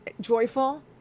joyful